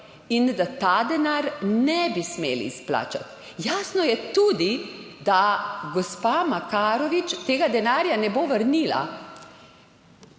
in da ta denar ne bi smeli izplačati. Jasno je tudi, da gospa Makarovič tega denarja ne bo vrnila.